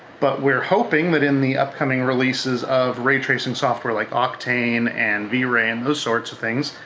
but we're hoping that in the upcoming releases of ray-tracing software like octane and v-ray and those sorts of things,